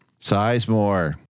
Sizemore